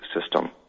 system